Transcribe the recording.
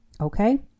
Okay